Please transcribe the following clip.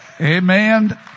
Amen